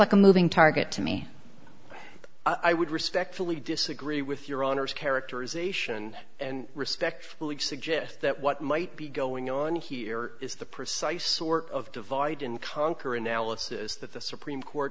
like a moving target to me i would respectfully disagree with your honor's characterization and respectfully suggest that what might be going on here is the precise sort of divide and conquer analysis that the supreme court